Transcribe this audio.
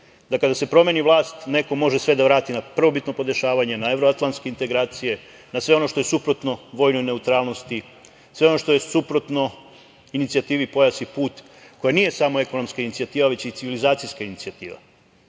da kada se promeni vlast neko može sve da vrati na prvobitno podešavanje, na evroatlantske integracije, na sve ono što je suprotno vojnoj neutralnosti, sve ono što je suprotno inicijativi „Pojas i put“, koja nije samo ekonomska inicijativa, već i civilizacijska inicijativa. Ja